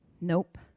Nope